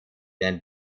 and